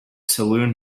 saloon